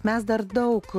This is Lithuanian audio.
mes dar daug